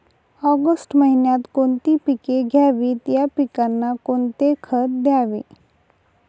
August महिन्यात कोणती पिके घ्यावीत? या पिकांना कोणते खत द्यावे?